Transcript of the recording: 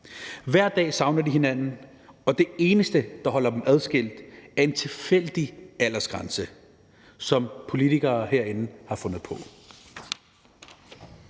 Hver dag savner de hinanden, og det eneste, der holder dem adskilt, er en tilfældig aldersgrænse, som politikere herinde har fundet på.